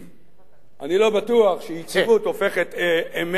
אני לא בטוח שיציבות הופכת לא-אמת לאמת,